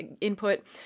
input